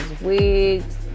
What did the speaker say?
wigs